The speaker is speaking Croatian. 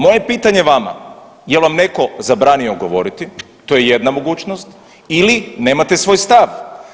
Moje pitanje vama jel vam netko zabranio govoriti, to je jedna mogućnost ili nemate svoje stav.